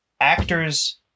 actors